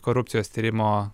korupcijos tyrimo